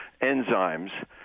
enzymes